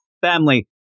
Family